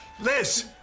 Liz